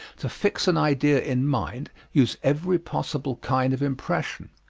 to fix an idea in mind, use every possible kind of impression.